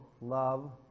love